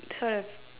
sort of